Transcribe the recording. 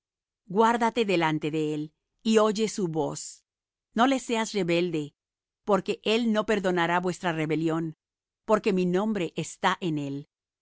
guárdate delante de él y oye su voz no le seas rebelde porque él no perdonará vuestra rebelión porque mi nombre está en él